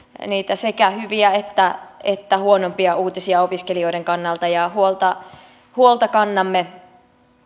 sekä niitä hyviä että että huonompia uutisia opiskelijoiden kannalta ja huolta kannamme